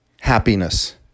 happiness